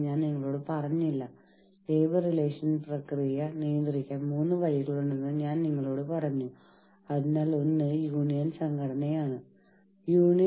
വേതനം ജോലി സമയം തൊഴിൽ സാഹചര്യങ്ങൾ തുടങ്ങിയ വിഷയങ്ങളിൽ മാനേജ്മെന്റിന് മുന്നിൽ ജീവനക്കാരുടെ താൽപ്പര്യങ്ങളെ പ്രതിനിധീകരിക്കുന്ന ഒരു സംഘടനയാണ് യൂണിയൻ